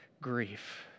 grief